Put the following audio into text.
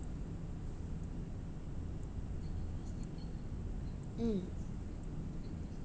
mm